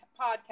podcast